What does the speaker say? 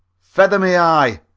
feather me eye!